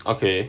okay